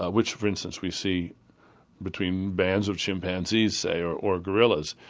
ah which for instance we see between bands of chimpanzees, say, or or gorillas,